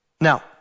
Now